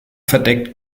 verdeckt